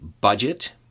budget